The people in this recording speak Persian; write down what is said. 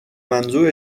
منظور